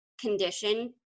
condition